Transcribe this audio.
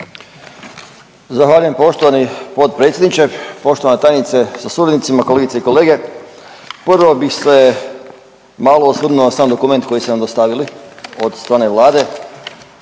Zahvaljujem poštovani potpredsjedniče, poštovana tajnice sa suradnicima, kolegice i kolege. Prvo bi se malo osvrnuo na sam dokument koji ste nam dostavili od strane Vlade